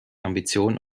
ambition